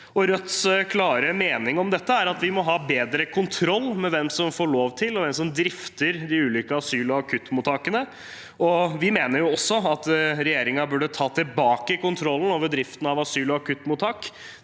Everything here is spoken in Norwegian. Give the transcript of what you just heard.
Rødts klare mening om dette er at vi må ha bedre kontroll med hvem som får lov til å drifte de ulike asylog akuttmottakene. Vi mener også at regjeringen burde ta tilbake kontrollen over driften av asyl- og akuttmottak.